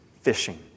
fishing